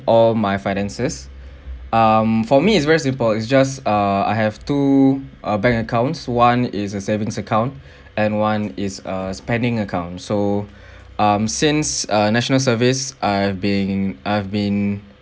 all my finances um for me it's very simple it's just err I have two uh bank accounts one is a savings account and one is a spending account so um since uh national service I have been I've been